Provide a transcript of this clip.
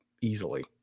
easily